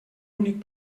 únic